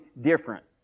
different